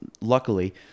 luckily